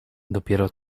dopiero